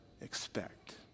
expect